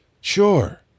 Sure